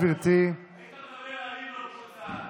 מפגין חרדי עם זרנוק,